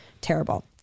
terrible